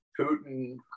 Putin